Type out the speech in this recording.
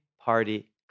Party